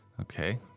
Okay